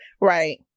right